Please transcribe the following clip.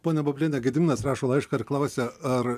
ponia bubliene gediminas rašo laišką ir klausia ar